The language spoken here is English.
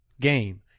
game